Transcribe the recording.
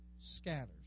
scatters